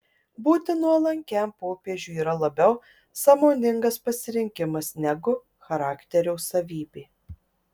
būti nuolankiam popiežiui yra labiau sąmoningas pasirinkimas negu charakterio savybė